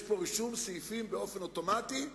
יש פה רישום סעיפים באופן אוטומטי,